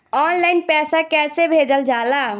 Online पैसा कैसे भेजल जाला?